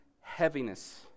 heaviness